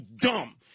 dumb